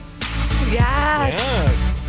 Yes